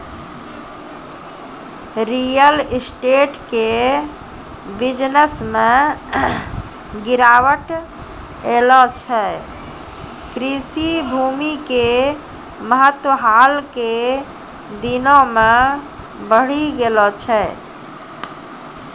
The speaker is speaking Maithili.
रियल स्टेट के बिजनस मॅ गिरावट ऐला सॅ कृषि भूमि के महत्व हाल के दिनों मॅ बढ़ी गेलो छै